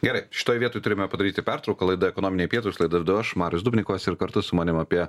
gerai šitoj vietoj turime padaryti pertrauką laida ekonominiai pietūs laidą vedu aš marius dubnikovas ir kartu su manim apie